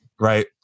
Right